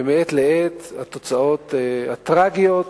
ומעת לעת התוצאות הטרגיות